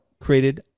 created